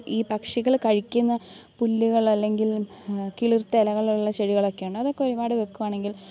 ഈ പക്ഷികൾ കഴിക്കുന്ന പുല്ലുകൾ അല്ലെങ്കിൽ കിളിർത്ത ഇലകളുള്ള ചെടികളൊക്കെയാണ് അതൊക്കെ ഒരുപാട് വയ്കുകയാണെങ്കിൽ